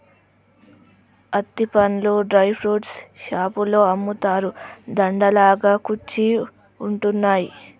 అత్తి పండ్లు dry fruits షాపులో అమ్ముతారు, దండ లాగా కుచ్చి ఉంటున్నాయి